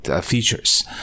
features